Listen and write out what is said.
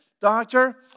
Doctor